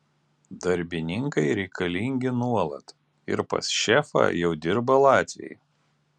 darbininkai reikalingi nuolat ir pas šefą jau dirba latviai